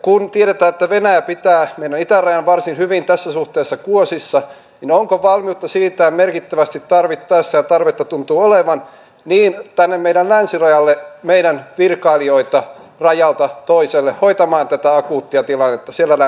kun tiedetään että venäjä pitää meidän itärajan varsin hyvin tässä suhteessa kuosissa niin onko valmiutta siirtää merkittävästi tarvittaessa ja tarvetta tuntuu olevan meidän länsirajalle meidän virkailijoita rajalta toiselle hoitamaan tätä akuuttia tilannetta siellä länsirajalla